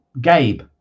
Gabe